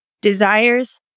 desires